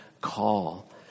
call